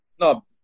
No